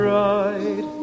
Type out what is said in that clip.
right